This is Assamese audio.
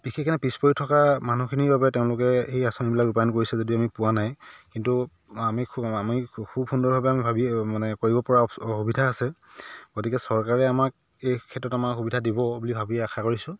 বিশেষ কিনে পিছ পৰি থকা মানুহখিনিৰ বাবে তেওঁলোকে এই এই আঁচনিবিলাক ৰূপায়ন কৰিছে যদিও আমি পোৱা নাই কিন্তু আমি খুব আমি খুব সুন্দৰভাৱে আমি ভাবি মানে কৰিব পৰা সুবিধা আছে গতিকে চৰকাৰে আমাক এই ক্ষেত্ৰত আমাক সুবিধা দিব বুলি ভাবি আশা কৰিছোঁ